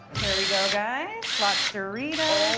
here we go, guys. lobsteritas,